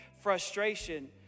frustration